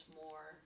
more